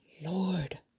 Lord